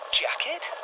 jacket